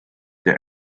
the